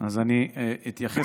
תודה, אני אתייחס.